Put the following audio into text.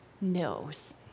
knows